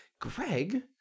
Greg